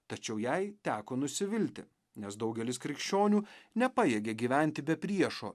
tačiau jai teko nusivilti nes daugelis krikščionių nepajėgė gyventi be priešo